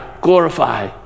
glorify